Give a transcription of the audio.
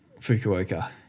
Fukuoka